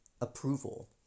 approval